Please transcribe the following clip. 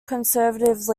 conservative